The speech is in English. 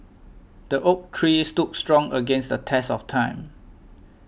the oak tree stood strong against the test of time